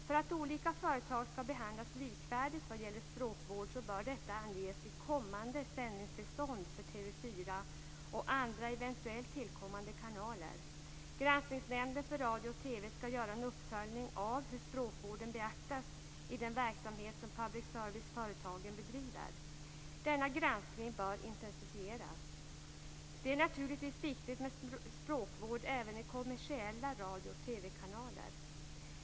För att olika företag skall behandlas likvärdigt vad gäller språkvård bör detta anges i kommande sändningstillstånd för TV 4 och andra eventuellt tillkommande kanaler. Granskningsnämnden för radio och TV skall göra en uppföljning av hur språkvården beaktas i den verksamhet som public service-företagen bedriver. Denna granskning bör intensifieras. Det är naturligtvis viktigt med språkvård även i kommersiella radio och TV-kanaler.